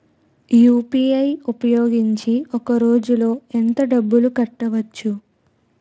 UPI ఉపయోగించి ఒక రోజులో ఎంత డబ్బులు కట్టవచ్చు?